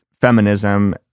feminism